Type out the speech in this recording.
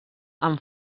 amb